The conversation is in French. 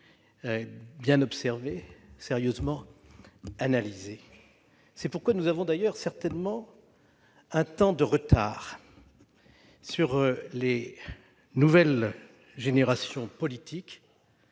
bien observés et sérieusement analysés. C'est pourquoi nous avons certainement un temps de retard sur les nouvelles générations politiques,